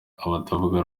abatavuga